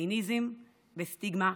מסייניזם וסטיגמה,